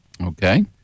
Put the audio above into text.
Okay